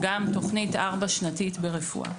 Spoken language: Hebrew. גם תוכנית ארבע שנתית ברפואה.